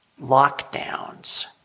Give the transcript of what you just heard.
lockdowns